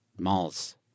Malls